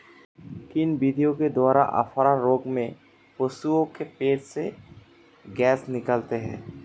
किन विधियों द्वारा अफारा रोग में पशुओं के पेट से गैस निकालते हैं?